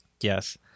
Yes